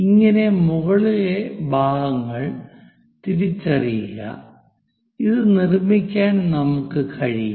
ഇങ്ങനെ മുകളിലെ ഭാഗങ്ങൾ തിരിച്ചറിയുക അത് നിർമ്മിക്കാൻ നമുക്ക് കഴിയും